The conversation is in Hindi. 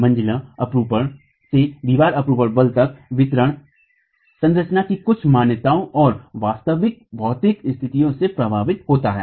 मंजिला अपरूपण से दीवार अपरूपण बल तक यह वितरण संरचना की कुछ मान्यताओं और वास्तविक भौतिक स्थितियों से प्रभावित होता है